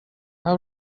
how